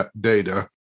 data